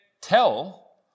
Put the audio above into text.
tell